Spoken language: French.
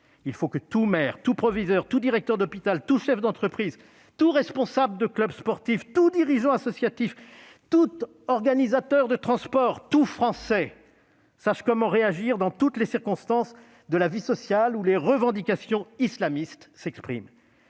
Il faut que tout maire, tout proviseur, tout directeur d'hôpital, tout chef d'entreprise, tout responsable de club sportif, tout dirigeant associatif, tout organisateur de transports, tout Français, sache comment réagir dans toutes les circonstances de la vie sociale où les revendications islamistes s'expriment.